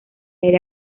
aire